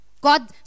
God